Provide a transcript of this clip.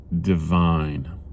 divine